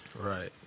Right